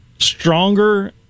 Stronger